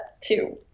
two